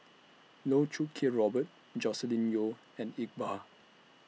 Loh Choo Kiat Robert Joscelin Yeo and Iqbal